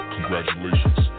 Congratulations